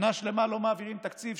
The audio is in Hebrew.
שנה שלמה לא מעבירים תקציב,